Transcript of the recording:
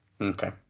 Okay